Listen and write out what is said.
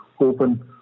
open